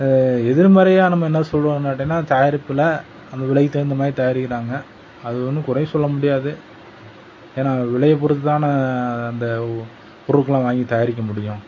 எதிர்மறையாக நம்ம என்ன சொல்வோம் கேட்டின்னா தயாரிப்பில் அந்த விலைக்கு தகுந்தமாதிரி தயாரிக்கிறாங்க அது ஒன்றும் குறை சொல்ல முடியாது ஏன்னா விலையை பொறுத்து தான் அந்த பொருட்கள்லாம் வாங்கி தயாரிக்க முடியும்